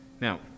now